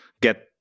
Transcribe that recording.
get –